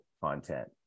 content